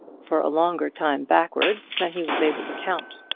for a longer time backwards than he was able to count.